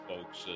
folks